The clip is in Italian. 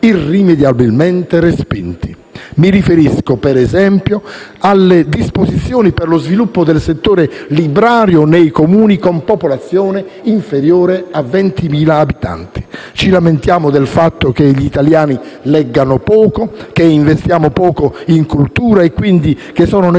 irrimediabilmente respinti. Mi riferisco, per esempio, alle disposizioni per lo sviluppo del settore librario nei Comuni con popolazione inferiore a 20.000 abitanti. Ci lamentiamo del fatto che gli italiani leggano poco, che investano poco in cultura e quindi sosteniamo che sono necessarie